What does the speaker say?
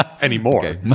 anymore